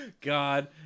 God